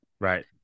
Right